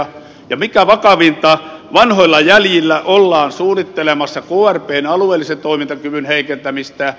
ja mikä vakavinta vanhoilla jäljillä ollaan suunnittelemassa krpn alueellisen toimintakyvyn heikentämistä